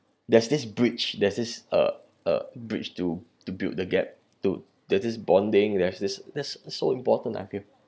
there's this bridge there's this uh uh bridge to to build the gap to there's this bonding there's this this so important I feel